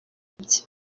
bye